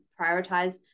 prioritize